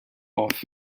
off